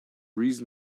reason